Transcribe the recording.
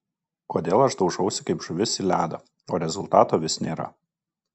kodėl aš daužausi kaip žuvis į ledą o rezultato vis nėra